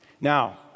Now